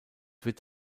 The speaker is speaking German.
wird